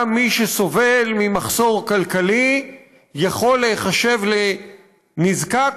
גם מי שסובל ממחסור כלכלי יכול להיחשב לנזקק